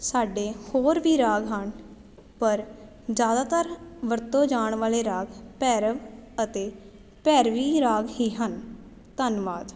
ਸਾਡੇ ਹੋਰ ਵੀ ਰਾਗ ਹਨ ਪਰ ਜ਼ਿਆਦਾਤਰ ਵਰਤੇ ਜਾਣ ਵਾਲੇ ਰਾਗ ਭੈਰਵ ਅਤੇ ਭੈਰਵੀ ਰਾਗ ਹੀ ਹਨ ਧੰਨਵਾਦ